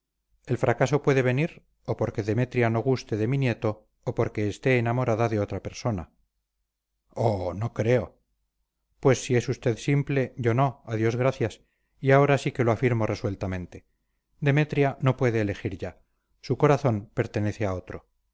el fracaso puede venir o porque demetria no guste de mi nieto o porque esté enamorada de otra persona oh no creo pues si es usted simple yo no a dios gracias y ahora sí que lo afirmo resueltamente demetria no puede elegir ya su corazón pertenece a otro